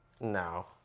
No